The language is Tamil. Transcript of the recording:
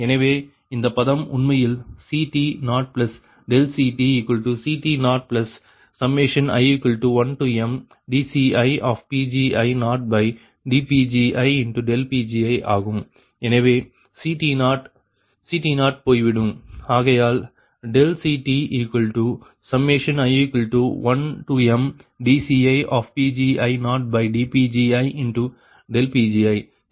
எனவே இந்த பதம் உண்மையில் CT0CTCT0i1mdCiPgi0dPgiPgi ஆகும் எனவே CT0 CT0 போய்விடும் ஆகையால் CTi1mdCiPgi0dPgiPgi இது சமன்பாடு 16 ஆகும்